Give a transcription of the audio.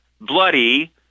bloody